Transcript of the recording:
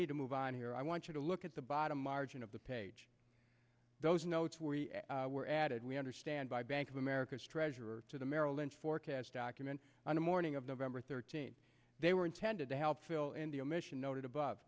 need to move on here i want you to look at the bottom margin of the page those notes were added we understand by bank of america's treasurer to the merrill lynch forecast comment on the morning of november thirteenth they were intended to help fill in the omission noted above